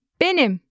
Benim